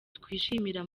twishimira